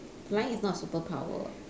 flying is not a superpower [what]